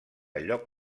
lloc